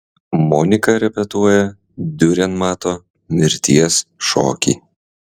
monika repetuoja diurenmato mirties šokį